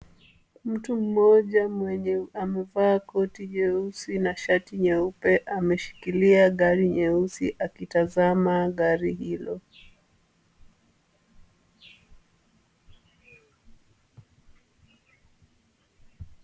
Mtu mmoja mwenye amevaa koti jeusi na shati jeupe ameshikilia gari nyeusi akitazama gari hilo.